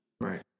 Right